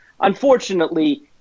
Unfortunately